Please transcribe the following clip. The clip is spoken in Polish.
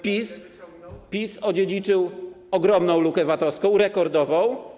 PiS odziedziczyło ogromną lukę VAT-owską, rekordową.